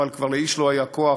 אבל לאיש כבר לא היה כוח,